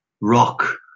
rock